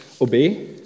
obey